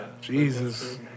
Jesus